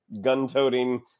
gun-toting